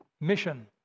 mission